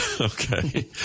Okay